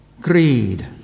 greed